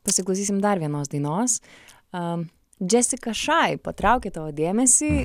pasiklausysim dar vienos dainos džesika šai patraukė tavo dėmesį